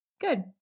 Good